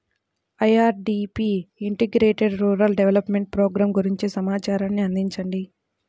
IRDP integrated rural development program గురించి సమాచారాన్ని అందించండి?